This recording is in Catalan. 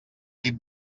tip